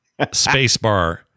spacebar